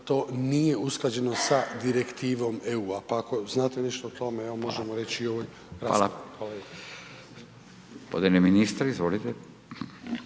to nije usklađeno sa direktivom EU-a. Pa ako znate nešto o tome evo možemo reći i u ovoj raspravi. Hvala lijepo. **Radin, Furio